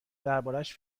دربارش